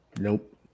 Nope